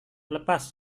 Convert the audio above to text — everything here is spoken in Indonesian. lepas